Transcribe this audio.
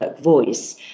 voice